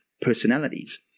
personalities